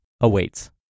awaits